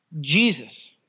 Jesus